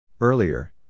Earlier